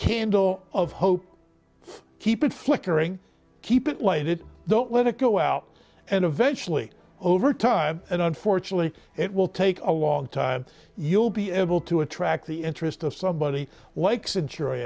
candle of hope keep it flickering keep it lighted don't let it go out and eventually over time and unfortunately it will take a long time you'll be able to attract the interest of somebody wykes